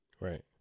Right